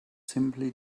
simply